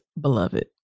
Beloved